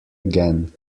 again